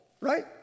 right